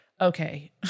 okay